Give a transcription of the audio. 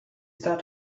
that